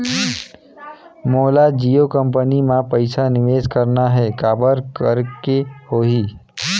मोला जियो कंपनी मां पइसा निवेश करना हे, काबर करेके होही?